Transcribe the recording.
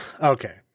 Okay